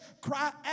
cry